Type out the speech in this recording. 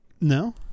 No